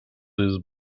these